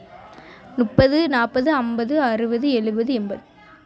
முப்பது நாற்பது ஐம்பது அறுபது எழுவது எண்பது